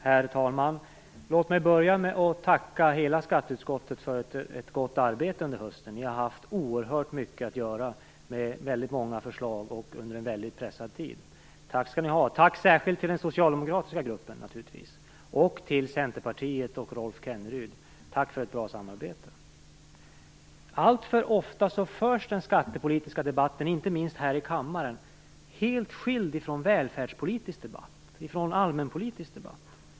Herr talman! Låt mig börja med att tacka hela skatteutskottet för ett gott arbete under hösten. Ni har haft oerhört mycket att göra, väldigt många förslag under mycket pressad tid. Tack skall ni ha! Ett särskilt tack till den socialdemokratiska gruppen och till Centerpartiet och Rolf Kenneryd. Tack för ett bra samarbete! Alltför ofta förs den skattepolitiska debatten, inte minst här i kammaren, helt skild från välfärdspolitisk debatt, från allmänpolitisk debatt.